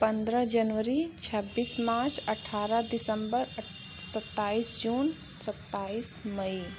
पंद्रह जनवरी छब्बीस मार्च अट्ठारह दिसंबर अठ सत्ताईस जून सत्ताईस मई